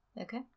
Okay